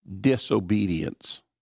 disobedience